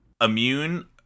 immune